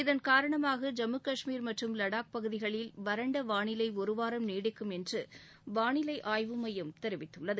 இதன் காரணமாக ஜம்மு கஷ்மீர் மற்றும் லடாக் பகுதிகளில் வறண்ட வானிலை ஒரு வாரம் நீடிக்கும் என்று வானிலை ஆய்வு மையம் தெரிவித்துள்ளது